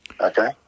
Okay